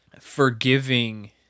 forgiving